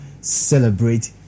celebrate